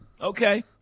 Okay